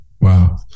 Wow